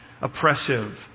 oppressive